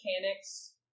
mechanics